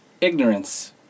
Ignorance